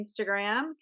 Instagram